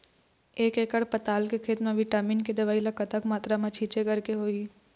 एक एकड़ पताल के खेत मा विटामिन के दवई ला कतक मात्रा मा छीचें करके होही?